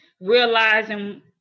realizing